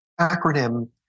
acronym